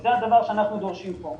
וזה הדבר שאנחנו דורשים פה.